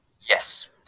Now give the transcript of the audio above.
Yes